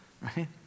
Right